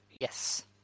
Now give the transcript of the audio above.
Yes